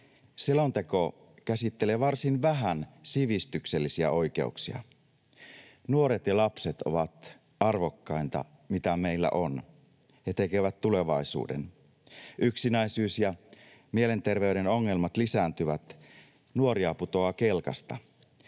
Selonteko käsittelee varsin vähän sivistyksellisiä oikeuksia. Nuoret ja lapset ovat arvokkainta, mitä meillä on. He tekevät tulevaisuuden. Yksinäisyys ja mielenterveyden ongelmat lisääntyvät. Nuoria putoaa kelkasta.